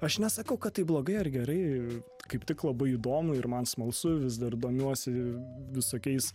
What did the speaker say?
aš nesakau kad tai blogai ar gerai kaip tik labai įdomu ir man smalsu vis dar domiuosi visokiais